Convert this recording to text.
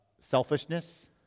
selfishness